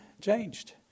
changed